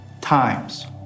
times